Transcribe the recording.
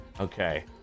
okay